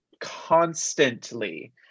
constantly